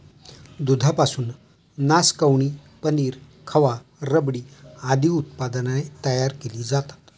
दुधापासून नासकवणी, पनीर, खवा, रबडी आदी उत्पादने तयार केली जातात